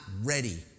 ready